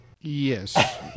Yes